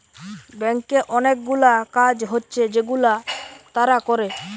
ব্যাংকে অনেকগুলা কাজ হচ্ছে যেগুলা তারা করে